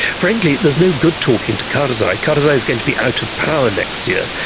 frankly there's no good talking to karzai. karzai is going to be out of power next year.